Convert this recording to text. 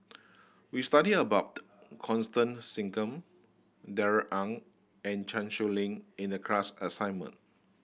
we studied about Constance Singam Darrell Ang and Chan Sow Lin in the class assignment